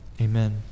Amen